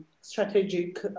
strategic